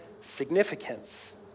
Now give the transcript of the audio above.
significance